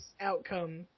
outcome